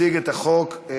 (החרגת המשרד לנושאים